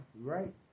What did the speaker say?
right